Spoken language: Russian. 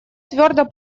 твердо